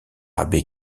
abbé